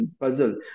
puzzle